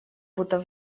будто